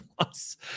Plus